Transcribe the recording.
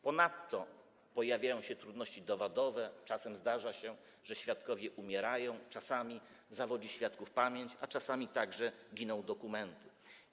Ponadto pojawiają się trudności dowodowe, czasem zdarza się, że świadkowie umierają, czasami świadków zawodzi pamięć, a czasami także giną dokumenty.